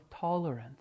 tolerance